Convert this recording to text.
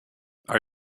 are